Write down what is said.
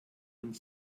und